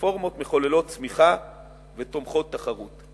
רפורמות מחוללות צמיחה ותומכות תחרות.